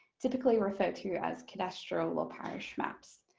typically referred to as cadastral or parish maps.